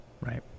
right